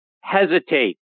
hesitate